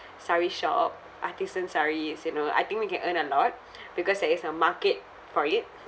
saree shop artisan sarees you know I think we can earn a lot because there is a market for it